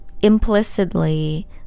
implicitly